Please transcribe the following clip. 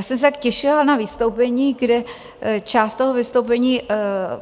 Já jsem se tak těšila na vystoupení, kde část toho vystoupení